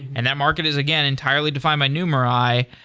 and that market is, again, entirely defined by numerai.